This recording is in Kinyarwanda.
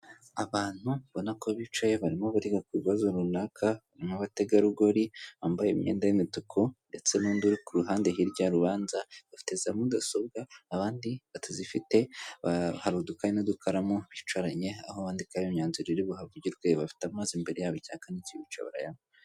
Abantu ubona ko bicaye barimo bariga ku bibazo runaka nkabategarugori bambaye imyenda y'imituku ndetse n'undi uri ku ruhande hirya urubanza bafite za mudasobwa abandi batazifite hariruduka n'udukaramu bicaranye aho bandikaho imyanzuro iri buhavugirwe bafite amazi imbere yabo icyaka nikibica barayanywa.